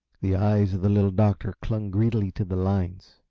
the eyes of the little doctor clung greedily to the lines.